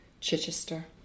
Chichester